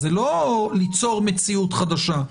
אז זה לא ליצור מציאות חדשה,